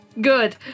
Good